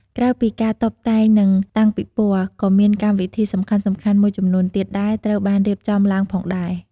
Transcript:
ក្រៅពីការតុបតែង និងតាំងពិព័រណ៍ ក៏មានកម្មវិធីសំខាន់ៗមួយចំនួនទៀតដែលត្រូវបានរៀបចំឡើងផងដែរ។